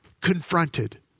confronted